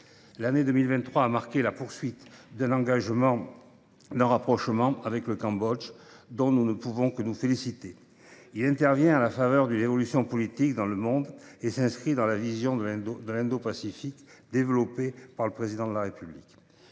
L’année 2023 a marqué la poursuite d’un rapprochement avec le Cambodge, dont nous ne pouvons que nous féliciter. Il intervient à la faveur d’une évolution politique dans le pays et s’inscrit dans la vision de l’Indo Pacifique développée par le Président de la République.